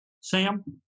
Sam